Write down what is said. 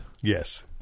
Yes